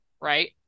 Right